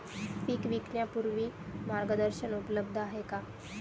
पीक विकण्यापूर्वी मार्गदर्शन उपलब्ध आहे का?